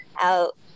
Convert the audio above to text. out